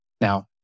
Now